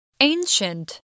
Ancient